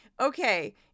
okay